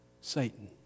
Satan